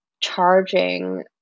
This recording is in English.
charging